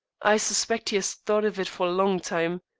i suspect he has thought of it for a long time.